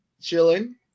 Chilling